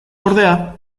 ordea